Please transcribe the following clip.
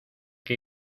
que